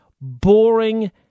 boring